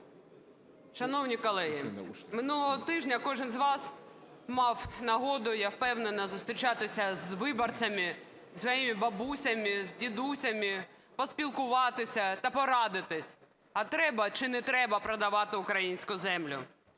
Шановні колеги, минулого тижня кожен з вас мав нагоду, я впевнена, зустрічатися з виборцями, зі своїми бабусями, з дідусями, поспілкуватися та порадитися, а треба чи не треба продавати українську землю.